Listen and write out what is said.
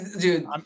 dude